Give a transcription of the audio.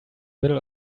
middle